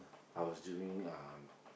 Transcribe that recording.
I was doing um